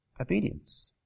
obedience